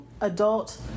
adult